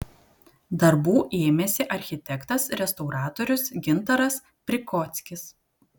darbų ėmėsi architektas restauratorius gintaras prikockis